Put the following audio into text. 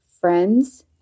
friends